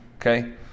Okay